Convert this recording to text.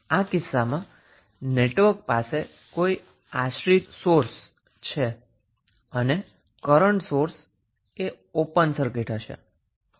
પ્રથમ કિસ્સામાં નેટવર્ક પાસે કોઈ ડિપેન્ડન્ટ સોર્સ નથી અને કરન્ટ સોર્સ ઓપન સર્કિંટ હશે